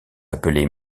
appelées